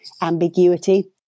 ambiguity